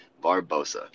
Barbosa